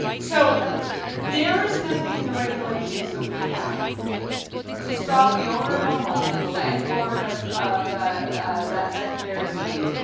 so there's nothing in the regulations that we have to stop the owner of a home, the landlord of of that secondary suite